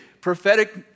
prophetic